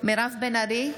מירב בן ארי,